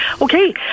Okay